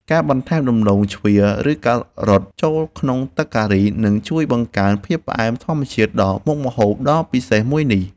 ការបន្ថែមដំឡូងជ្វាឬការ៉ុតចូលក្នុងទឹកការីនឹងជួយបង្កើនភាពផ្អែមធម្មជាតិដល់មុខម្ហូបដ៏ពិសេសមួយនេះ។